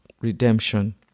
redemption